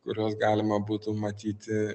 kuriuos galima būtų matyti